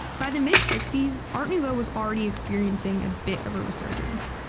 by the mid sixty s, art nouveau was already experiencing a bit of a resurgence.